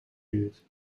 duurt